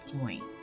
point